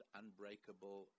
unbreakable